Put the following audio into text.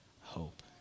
hope